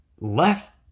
left